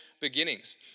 beginnings